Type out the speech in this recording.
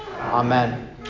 Amen